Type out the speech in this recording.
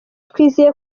twizeye